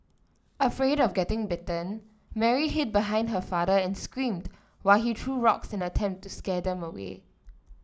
afraid of getting bitten Mary hid behind her father and screamed while he threw rocks in an attempt to scare them away